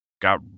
got